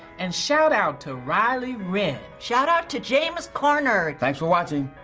and shout-out to riley wrenn. shout-out to james corner. thanks for watching.